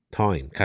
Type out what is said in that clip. time